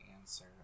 answer